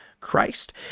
Christ